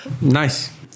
Nice